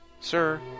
Sir